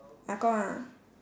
ah gong ah